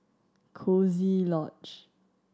Coziee Lodge